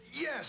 Yes